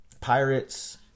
Pirates